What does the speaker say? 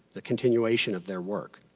a continuation of their work.